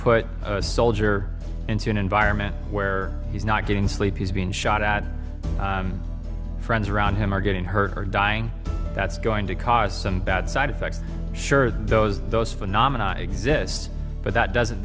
put a soldier into an environment where he's not getting sleep he's being shot at friends around him are getting hurt or dying that's going to cause some bad side effects sure those those phenomena exist but that doesn't